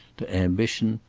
to ambition,